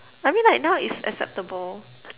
I mean like now it's acceptable